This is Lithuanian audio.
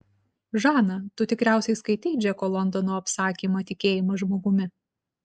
žana tu tikriausiai skaitei džeko londono apsakymą tikėjimas žmogumi